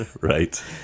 Right